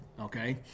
Okay